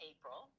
April